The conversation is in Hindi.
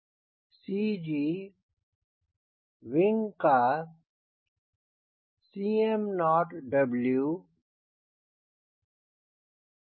CG विंग का CmoW Cmot